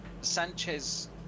Sanchez